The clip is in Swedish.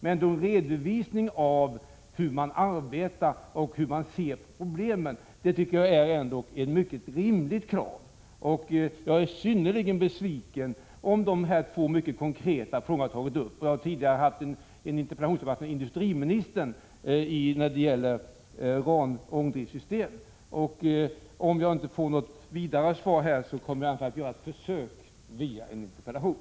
Att få en redovisning av hur man arbetar och hur man ser på problemen tycker jag ändå är ett mycket rimligt krav. Jag är synnerligen besviken om dessa två mycket konkreta frågor inte blir besvarade. Tidigare har jag haft en interpellationsdebatt med industriministern när det gäller ångdriftssystem. Om jag inte får något ytterligare svar här, kommer jag i varje fall att göra ett försök via en interpellation.